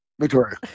Victoria